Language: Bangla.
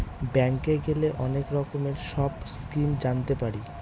ব্যাঙ্কে গেলে অনেক রকমের সব স্কিম জানতে পারি